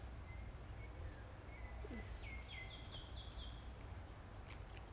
err so basically everybody surround the canopy with one metre distance